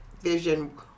vision